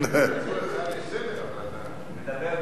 הם פשוט לא מבינים על מה אתה מדבר.